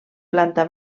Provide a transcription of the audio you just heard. planta